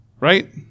Right